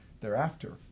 thereafter